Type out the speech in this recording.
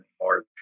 anymore